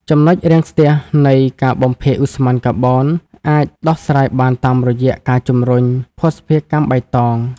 ចំណុចរាំងស្ទះនៃ "ការបំភាយឧស្ម័នកាបូន" អាចដោះស្រាយបានតាមរយៈការជម្រុញ "ភស្តុភារកម្មបៃតង"។